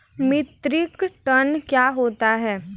Metric ton क्या होता है?